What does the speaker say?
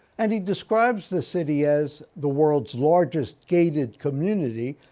and he describes the city as the world's largest gated community,